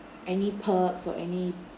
any perks or any